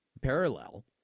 parallel